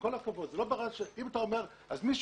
זה לא מתפקידם של הפקידים לקבל החלטה.